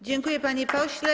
Dziękuję, panie pośle.